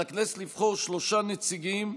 על הכנסת לבחור שלושה נציגים,